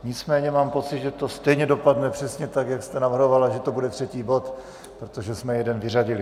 Nicméně mám pocit, že to stejně dopadne přesně tak, jak jste navrhovala, že to bude třetí bod, protože jsme jeden vyřadili.